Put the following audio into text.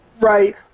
right